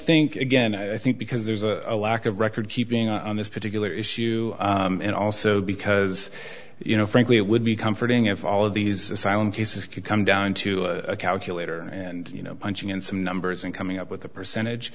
think again i think because there's a lack of record keeping on this particular issue and also because you know frankly it would be comforting if all of these asylum cases could come down to a calculator and you know punching in some numbers and coming up with a percentage